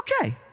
okay